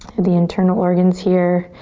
the internal organs here.